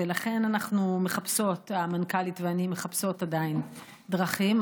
ולכן אנחנו, המנכ"לית ואני, עדיין מחפשות דרכים.